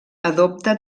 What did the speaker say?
adopta